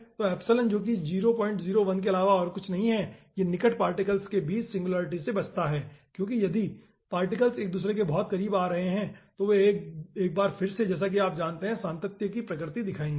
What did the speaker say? और जो 001 के अलावा और कुछ नहीं है यह निकट पार्टिकल्स के बीच सिंगुलरिटी से बचता है क्योंकि यदि पार्टिकल्स एक दूसरे के बहुत करीब आ रहे हैं तो वे एक बार फिर से जैसा कि आप जानते हैं सातत्य की प्रकृति दिखयेंगे